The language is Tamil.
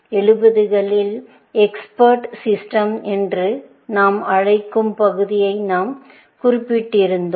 70 களில் எக்ஸ்பர்ட் சிஸ்டம்ஸ் என்று நாம் அழைக்கும் பகுதியை நாம் குறிப்பிட்டிருந்தோம்